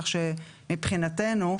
כך שמבחינתנו,